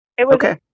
Okay